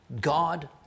God